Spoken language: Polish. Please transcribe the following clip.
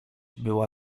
była